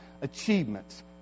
achievements